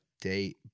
date